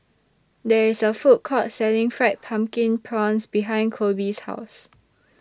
There IS A Food Court Selling Fried Pumpkin Prawns behind Koby's House